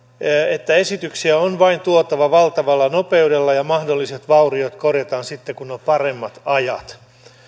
että esityksiä on vain tuotava valtavalla nopeudella ja mahdolliset vauriot korjataan sitten kun on paremmat ajat